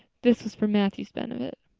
this was for matthew's benefit.